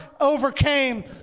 overcame